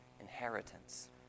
inheritance